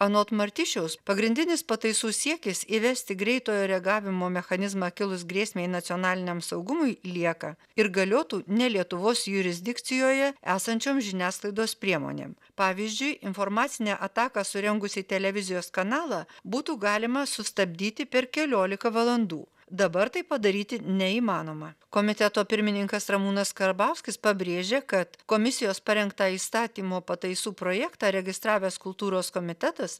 anot martišiaus pagrindinis pataisų siekis įvesti greitojo reagavimo mechanizmą kilus grėsmei nacionaliniam saugumui lieka ir galiotų ne lietuvos jurisdikcijoje esančiom žiniasklaidos priemonėm pavyzdžiui informacinę ataką surengus į televizijos kanalą būtų galima sustabdyti per kelioliką valandų dabar tai padaryti neįmanoma komiteto pirmininkas ramūnas karbauskis pabrėžė kad komisijos parengtą įstatymo pataisų projektą registravęs kultūros komitetas